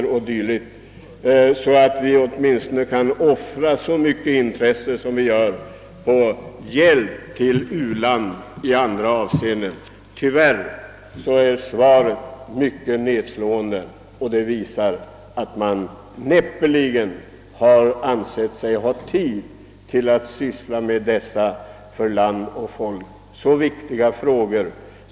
Vi borde kunna ägna dessa problem åtminstone lika mycket intresse som vi ägnar frågan om hjälp till u-länder. Tyvärr är svaret mycket nedslående och visar att man näppeligen anser sig ha tid att syssla med dessa för land och folk så viktiga frågor.